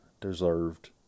deserved